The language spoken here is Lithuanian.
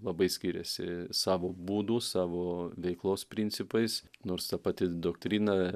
labai skiriasi savo būdu savo veiklos principais nors ta pati doktrina